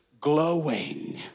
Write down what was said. glowing